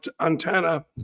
antenna